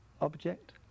object